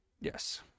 yes